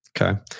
Okay